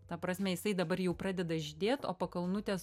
ta prasme jisai dabar jau pradeda žydėt o pakalnutės